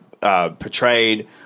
Portrayed